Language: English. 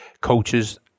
coaches